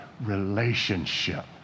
Relationship